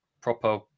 proper